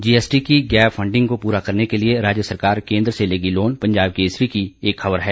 GST की gap funding को पूरा करने के लिए राज्य सरकार केंद्र से लेगी लोन पंजाब केसरी की एक खबर है